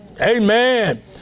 Amen